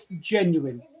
genuine